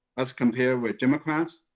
as compared with democrats.